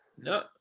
No